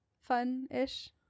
Fun-ish